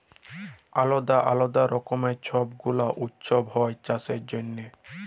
আলদা আলদা রকমের ছব গুলা উৎসব হ্যয় চাষের জনহে